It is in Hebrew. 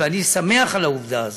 ואני שמח על העובדה הזאת,